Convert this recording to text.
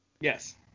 Yes